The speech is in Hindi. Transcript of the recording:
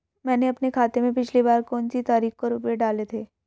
मैंने अपने खाते में पिछली बार कौनसी तारीख को रुपये डाले थे?